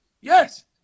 Yes